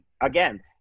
again